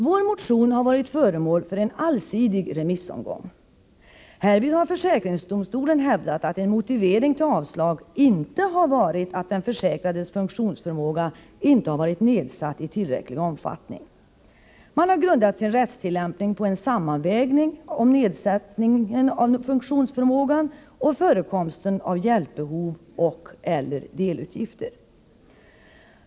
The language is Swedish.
Vår motion har varit föremål för en allsidig remissomgång. Härvid har försäkringsdomstolen hävdat att en motivering för avslag inte varit att den försäkrades funktionsförmåga inte varit nedsatt i tillräcklig omfattning. Man har grundat sin rättstillämpning på en sammanvägning av nedsättningen av funktionsförmågan och förekomsten av hjälpbehov och/ eller merutgifter.